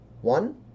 One